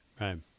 Right